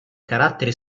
carattere